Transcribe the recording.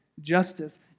justice